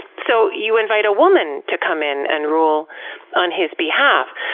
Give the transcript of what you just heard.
so you invite a woman to come in and rule on his behalf.